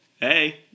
hey